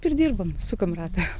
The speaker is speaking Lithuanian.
pridirbam sukam ratą